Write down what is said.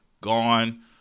gone